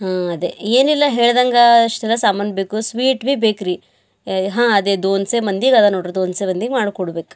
ಹಾಂ ಅದೇ ಏನಿಲ್ಲ ಹೇಳ್ದಂಗೆ ಇಷ್ಟೆಲ್ಲ ಸಾಮಾನು ಬೇಕು ಸ್ವೀಟ್ ಬಿ ಬೇಕ್ರಿ ಹಾಂ ಅದೇ ದೋನ್ಸೆ ಮಂದಿಗದೆ ನೋಡ್ರಿ ದೋನ್ಸೆ ಮಂದಿಗೆ ಮಾಡ್ಕೊಡ್ಬೇಕು